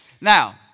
Now